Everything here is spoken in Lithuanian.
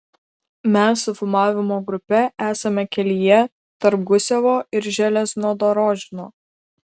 mes su filmavimo grupe esame kelyje tarp gusevo ir železnodorožno